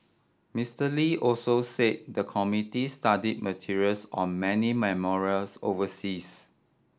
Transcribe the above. Mister Lee also said the committee study materials on many memorials overseas